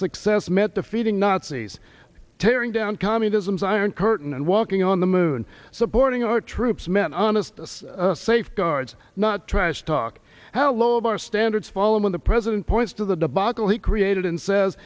success met the feeding nazis tearing down communism's iron curtain and walking on the moon supporting our troops men honest safeguards not trash talk how low of our standards fall when the president points to the debacle he created and says